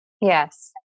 Yes